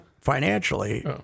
financially